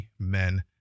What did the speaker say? amen